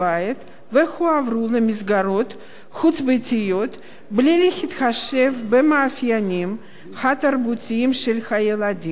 ומקום חסות בהתחשב בארץ מוצאו ובשפת אמו של הקטין),